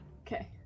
Okay